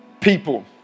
people